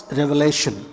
revelation